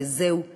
שזהו תפקידם.